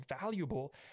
valuable